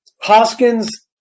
Hoskins